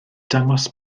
dangos